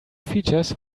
features